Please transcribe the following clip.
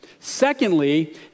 Secondly